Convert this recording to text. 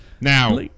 now